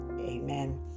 Amen